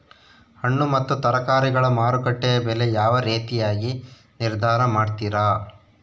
ಹಣ್ಣು ಮತ್ತು ತರಕಾರಿಗಳ ಮಾರುಕಟ್ಟೆಯ ಬೆಲೆ ಯಾವ ರೇತಿಯಾಗಿ ನಿರ್ಧಾರ ಮಾಡ್ತಿರಾ?